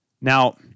Now